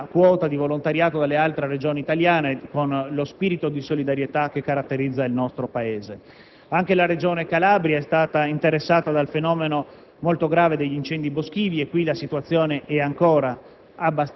una quota infatti è arrivata anche dalle altre Regioni italiane, grazie allo spirito di solidarietà che caratterizza il nostro Paese. Anche la Regione Calabria è stata interessata dal fenomeno molto grave degli incendi boschivi e in questo caso la situazione è ancora